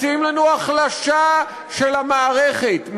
מציעים לנו החלשה של המערכת,